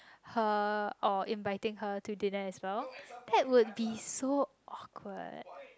her or inviting her to dinner as well Pet would be so awkward